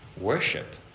worship